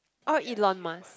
or Elon-Musk